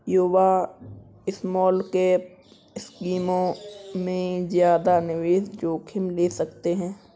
युवा स्मॉलकैप स्कीमों में ज्यादा निवेश जोखिम ले सकते हैं